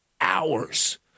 hours